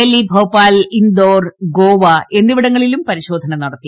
ഡൽഹി ഭോപ്പാൽ ഇൻഡോർ ഗോവ എന്നിവിടങ്ങളിലും പരിശോധന നടത്തി